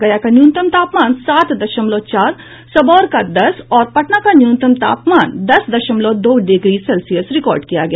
गया का न्यूनतम तापमान सात दशमलव चार सबौर का दस और पटना का न्यूनतम तापमान दस दशमलव दो डिग्री सेल्सियस रिकार्ड किया गया